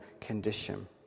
condition